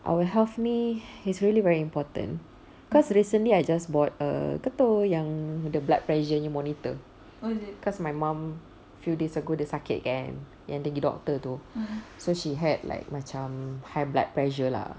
our health ni is really very important because recently I just bought a kau tahu yang the blood pressure punya monitor cause my mum few days ago dia sakit kan yang dia pergi doctor tu so she had like macam high blood pressure lah